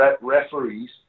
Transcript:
referees